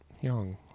young